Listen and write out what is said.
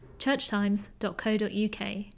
churchtimes.co.uk